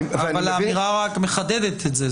אבל האמירה רק מחדדת את זה,